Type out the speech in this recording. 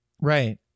Right